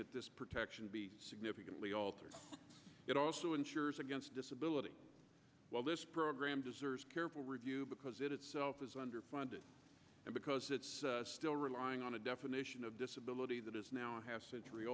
that this protection be significantly altered it also ensures against disability while this program deserves careful review because it itself is underfunded and because it's still relying on a definition of disability that is now a half century